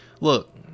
Look